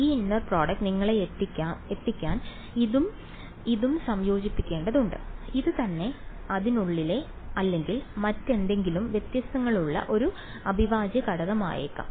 ഈ inner product നിങ്ങളെ എത്തിക്കാൻ ഇതും ഇതും സംയോജിപ്പിക്കേണ്ടതുണ്ട് ഇത് തന്നെ അതിനുള്ളിലെ അല്ലെങ്കിൽ മറ്റെന്തെങ്കിലും വ്യത്യാസങ്ങളുള്ള ഒരു അവിഭാജ്യ ഘടകമായേക്കാം